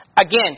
again